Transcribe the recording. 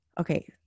Okay